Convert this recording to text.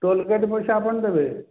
toll gate ପଇସା ଆପଣ ଦେବେ